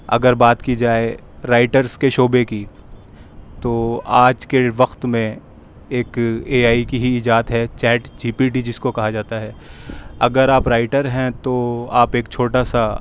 اگر بات کی جائے رائٹرس کے شعبے کی تو آج کے وقت میں ایک اے آئی کی ہی ایجاد ہے چیٹ جی پی ٹی جس کو کہا جاتا ہے اگر آپ رائٹر ہیں تو آپ ایک چھوٹا سا